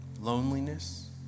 loneliness